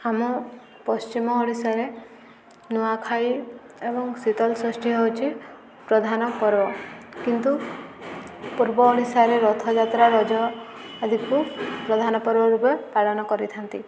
ଆମ ପଶ୍ଚିମ ଓଡ଼ିଶାରେ ନୂଆଖାଇ ଏବଂ ଶୀତଳଷଷ୍ଠୀ ହେଉଛି ପ୍ରଧାନ ପର୍ବ କିନ୍ତୁ ପୂର୍ବ ଓଡ଼ିଶାରେ ରଥଯାତ୍ରା ରଜ ଆଦିକୁ ପ୍ରଧାନ ପର୍ବ ରୂପେ ପାଳନ କରିଥାନ୍ତି